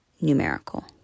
numerical